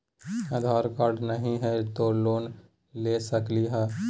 आधार card नही हय, तो लोन ले सकलिये है?